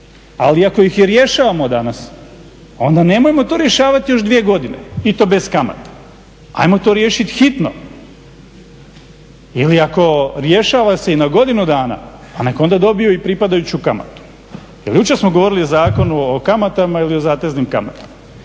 ali ako ih rješavamo danas onda nemojmo to rješavati još dvije godine i to bez kamata. Ajmo to riješiti hitno. Ili ako rješava se i na godinu dana pa nek onda dobiju i pripadajuću kamatu. Jer jučer smo govorili o Zakonu o kamatama ili o zateznim kamatama.